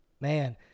Man